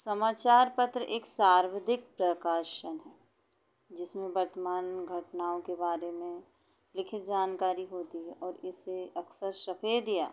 समाचार पत्र एक सर्वाधिक प्रकाशन जिसमें वर्तमान में घटनाओं के बारे में लिखित जानकारी होती है और इससे अक्सर सफेद या